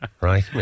right